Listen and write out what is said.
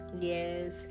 Yes